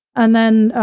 and then,